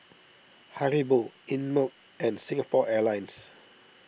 Haribo Einmilk and Singapore Airlines